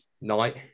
night